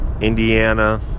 Indiana